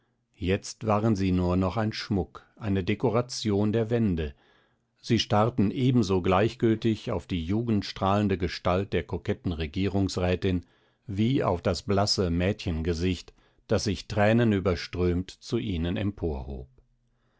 jetzt waren sie nur noch ein schmuck eine dekoration der wände sie starrten ebenso gleichgültig auf die jugendstrahlende gestalt der koketten regierungsrätin wie auf das blasse mädchengesicht das sich thränenüberströmt zu ihnen emporhob